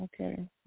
Okay